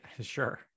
sure